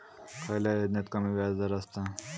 खयल्या योजनेत कमी व्याजदर असता?